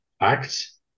acts